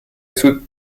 سوت